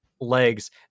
legs